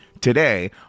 today